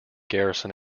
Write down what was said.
garrison